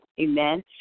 Amen